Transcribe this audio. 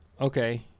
Okay